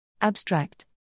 abstract